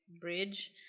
bridge